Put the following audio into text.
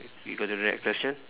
you got the next question